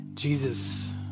Jesus